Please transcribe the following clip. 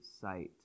sight